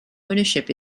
ownership